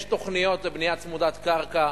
יש תוכניות לבנייה צמודת קרקע,